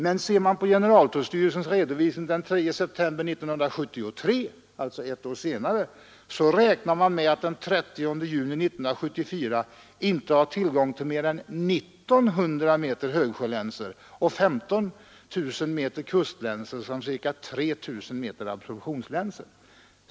Men enligt generaltullstyrelsens redovisning den 3 september 1973, alltså ett år senare, räknar man med att den 30 juni 1974 inte ha tillgång till mer än 1 900 meter högsjölänsor och 15 000 meter kustlänsor samt ca 3 000 meter absorbtionslänsor.